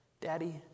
Daddy